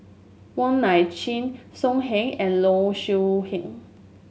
Wong Nai Chin So Heng and Low Siew Nghee